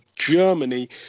Germany